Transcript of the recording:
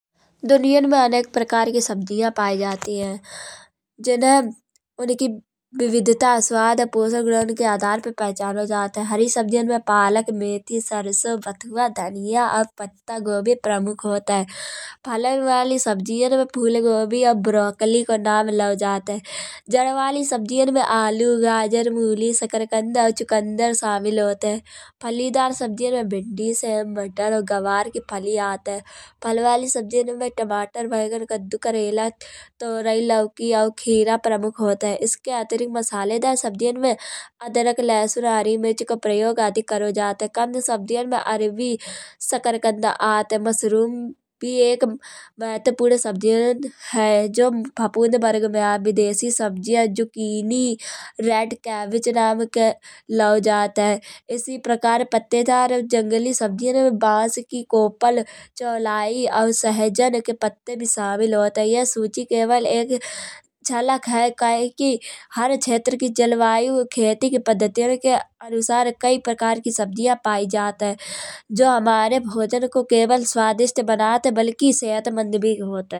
दुनियाँ मा अनेक प्रकार की सब्जियाँ पाई जात हैं। जिनहे उनकी विविधता स्वाद पोषण मिलन के आधार पर पहचानो जात हैं। हरी सब्जियाँ में पालक मेंथी सरसों बथुआ धनिया और पत्ता गोभी प्रमुख होत हैं। फलन वाली सब्जियाँ में फूलगोभी और ब्रौकली को नाम लाओ जात हैं। जई वाली सब्जियाँ में आलू गाजर मूली सिखरकंद और चुकंदर शामिल होत हैं। फलिदार सब्जियाँ मा भिंडी सेम मटर गवार की फली आत हैं। फल वाली सब्जियाँ मा टमाटर बैगन कद्दू करेला तोरई लौकी और खीरा प्रमुख होत हैं। इसके अतिरिक्त मसालेदार सब्जियाँ में अदरक लहसुन हरी मिर्च का प्रयोग आदि करो जात हैं। कंद सब्जियाँ मा अरबी शकरकंद आत हैं। मशरूम भी एक महत्वपूर्ण सब्जियाँ हैं। जो फफूद वर्ग में आत। विदेशी सब्जियाँ जोकि कीवी रेड कैबेज नाम के लाओ जात हैं। इसी प्रकार पत्तेदार जंगली सब्जियाँ मा बाँस की कोपल और चौलाई और सेहजन के पत्ते भी शामिल होत हैं। यह सूची केवल एक झलक हैं। कहेकी हर क्षेत्र की जलवायु। खेती की पद्धतियाँ के अनुसार कई प्रकार की सब्जियाँ पाई जात हैं। जो हमारे भोजन को केवल स्वादिष्ट बनात बल्कि सेहतमंद भी होत हैं।